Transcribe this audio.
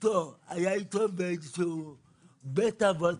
הוא היה אתו בבית אבות,